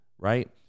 right